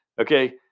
Okay